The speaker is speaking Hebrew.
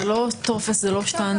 זה לא טופס, זה לא שטנץ.